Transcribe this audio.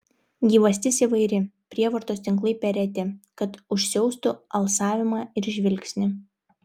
gyvastis įvairi prievartos tinklai per reti kad užsiaustų alsavimą ir žvilgsnį